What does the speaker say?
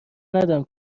ندم